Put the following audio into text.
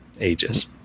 ages